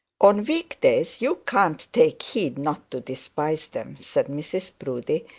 on week days you can't take heed not to despise them said mrs proudie,